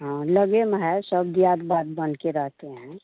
हाँ लगे में है सब दियाद बाद बनकर रहते हैं